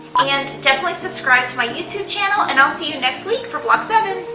and definitely subscribe to my youtube channel and i'll see you next week for block seven.